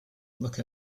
look